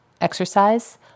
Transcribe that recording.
exercise